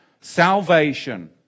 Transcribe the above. Salvation